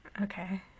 Okay